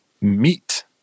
Meat